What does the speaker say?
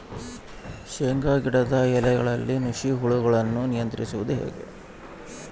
ಶೇಂಗಾ ಗಿಡದ ಎಲೆಗಳಲ್ಲಿ ನುಷಿ ಹುಳುಗಳನ್ನು ನಿಯಂತ್ರಿಸುವುದು ಹೇಗೆ?